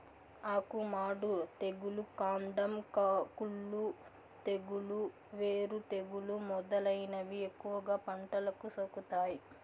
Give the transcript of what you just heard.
ఆకు మాడు తెగులు, కాండం కుళ్ళు తెగులు, వేరు తెగులు మొదలైనవి ఎక్కువగా పంటలకు సోకుతాయి